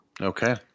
Okay